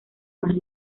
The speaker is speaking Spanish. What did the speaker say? más